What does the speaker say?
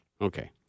Okay